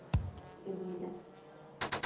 ᱤᱫᱤᱭᱫᱟ